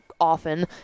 often